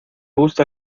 gusta